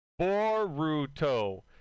Boruto